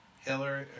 Hillary